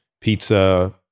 pizza